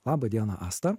laba diena asta